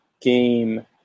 game